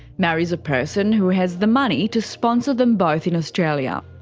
marries a person who has the money to sponsor them both in australia.